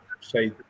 say